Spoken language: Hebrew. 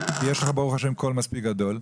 יש לך ברוך ה' קול מספיק גדול,